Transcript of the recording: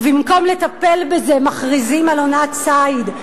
ובמקום לטפל בזה מכריזים על עונת ציד,